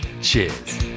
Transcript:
cheers